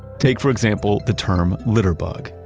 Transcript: take for example, the term litterbug.